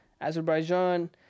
Azerbaijan